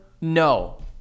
No